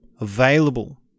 available